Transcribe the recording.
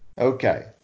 Okay